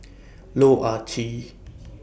Loh Ah Chee